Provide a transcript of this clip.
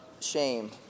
shame